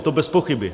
To bezpochyby.